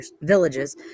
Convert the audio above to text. villages